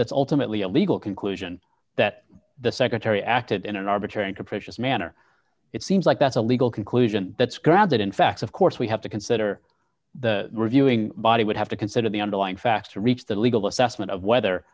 that's ultimately a legal conclusion that the secretary acted in an arbitrary and capricious manner it seems like that's a legal conclusion that's grounded in facts of course we have to consider the reviewing body would have to consider the underlying facts to reach the legal assessment of whether